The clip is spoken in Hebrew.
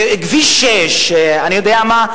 כביש 6. אני יודע מה?